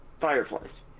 fireflies